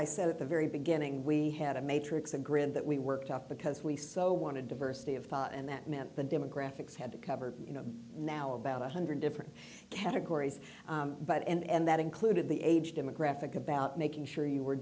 i said at the very beginning we had a matrix a grin that we worked up because we so want to diversity of thought and that meant the demographics had to cover you know now about one hundred different categories but and that included the age demographic about making sure you were